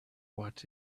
what